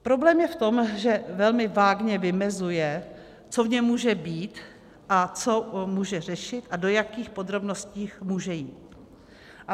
Problém je v tom, že velmi vágně vymezuje, co v něm může být a co může řešit a do jakých podrobností může jít.